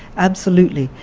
absolutely,